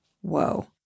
Whoa